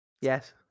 Yes